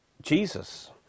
Jesus